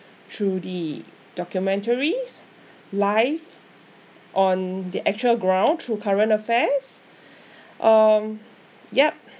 through the documentaries' life on the actual ground through current affairs um yup